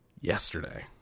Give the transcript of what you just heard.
yesterday